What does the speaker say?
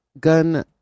gun